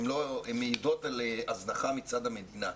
הן מעידות על הזנחה מצד המדינה.